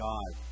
God